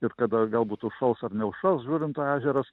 ir kada galbūt užšals ar neužšals žuvinto ežeras